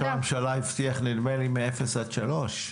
ראש הממשלה הבטיח, נדמה לי, מאפס עד שלוש.